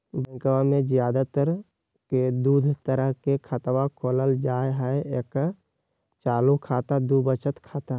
बैंकवा मे ज्यादा तर के दूध तरह के खातवा खोलल जाय हई एक चालू खाता दू वचत खाता